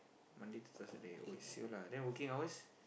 Monday to Saturday !oi! sia lah then working hours